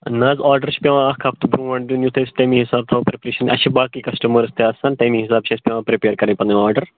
نہ حظ آرڈَر چھُ پٮ۪وان اَکھ ہفتہٕ برونٹھ دیُن یُتھ أسۍ تَمی حِساب حِساب تھاوو پرٛٮ۪پریٚشن اَسہِ چھِ باقٕے کَسٹمٲرٕس تہِ آسن تَمی حِساب چھِ اَسہِ پٮ۪ون پرٛیٚپیر کَرٕنۍ پنٕنۍ آرڈَر